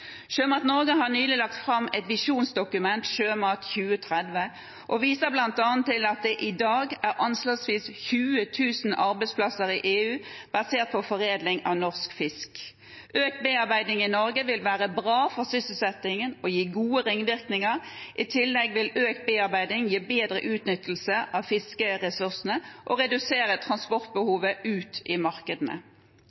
Sjømat Norge har nylig lagt fram et visjonsdokument – Sjømat 2030, og viser bl.a. til at det i dag er anslagsvis 20 000 arbeidsplasser i EU basert på foredling av norsk fisk. Økt bearbeiding i Norge vil være bra for sysselsettingen og gi gode ringvirkninger. I tillegg vil økt bearbeiding gi bedre utnyttelse av fiskeressursene og redusere